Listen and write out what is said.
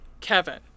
Kevin